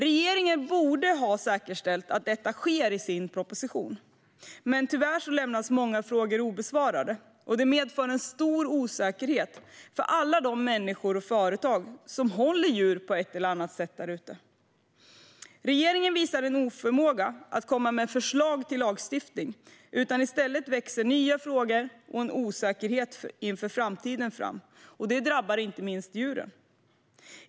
Regeringen borde i sin proposition ha säkerställt att detta sker, men tyvärr lämnas många frågor obesvarade, vilket medför en stor osäkerhet för alla de människor och företag som håller djur på ett eller annat sätt där ute. Regeringen visar en oförmåga att komma med förslag till lagstiftning, och i stället växer nya frågor och en osäkerhet inför framtiden fram, och det drabbar djuren.